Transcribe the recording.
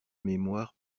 mémoire